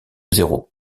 zéro